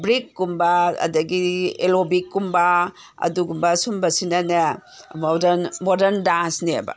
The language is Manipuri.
ꯕ꯭ꯔꯤꯛꯀꯨꯝꯕ ꯑꯗꯒꯤ ꯑꯦꯂꯣꯕꯤꯛꯀꯨꯝꯕ ꯑꯗꯨꯒꯨꯝꯕ ꯁꯤꯒꯨꯝꯕꯁꯤꯅꯅꯦ ꯃꯣꯗꯔꯟ ꯃꯣꯗꯔꯟ ꯗꯥꯟꯁꯅꯦꯕ